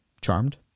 Charmed